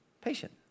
Patient